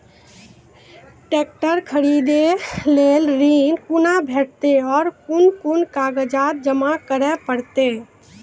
Tractor खरीदै लेल ऋण कुना भेंटते और कुन कुन कागजात जमा करै परतै?